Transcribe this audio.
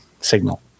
signal